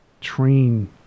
train